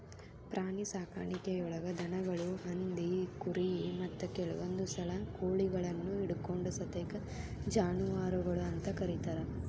ಪ್ರಾಣಿಸಾಕಾಣಿಕೆಯೊಳಗ ದನಗಳು, ಹಂದಿ, ಕುರಿ, ಮತ್ತ ಕೆಲವಂದುಸಲ ಕೋಳಿಗಳನ್ನು ಹಿಡಕೊಂಡ ಸತೇಕ ಜಾನುವಾರಗಳು ಅಂತ ಕರೇತಾರ